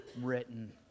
written